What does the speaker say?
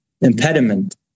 impediment